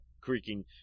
creaking